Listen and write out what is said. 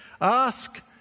Ask